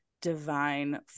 Divine